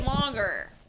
longer